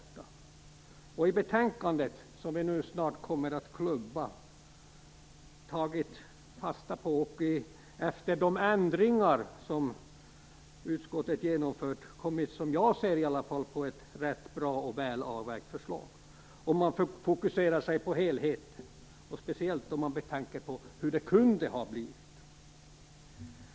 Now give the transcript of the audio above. Som jag ser det innehåller det betänkande som vi snart kommer att klubba, efter de ändringar som utskottet genomfört, ett rätt bra och väl avvägt förslag, om man fokuserar på helheten - speciellt om man betänker hur det kunde ha blivit.